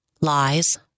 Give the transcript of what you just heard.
lies